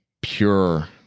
pure